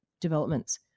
developments